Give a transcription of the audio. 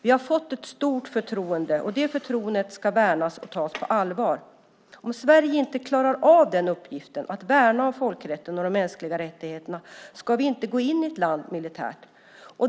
Vi har fått ett stort förtroende, och det förtroendet ska värnas och tas på allvar. Om Sverige inte klarar av den uppgiften, att värna om folkrätten och de mänskliga rättigheterna, ska vi inte gå in i ett land militärt.